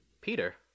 Peter